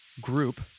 group